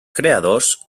creadors